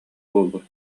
буолуо